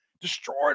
destroyed